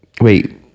Wait